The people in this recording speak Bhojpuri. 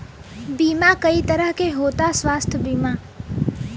बीमा कई तरह के होता स्वास्थ्य बीमा?